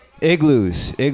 Igloos